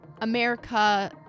America